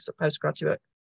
postgraduate